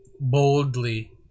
boldly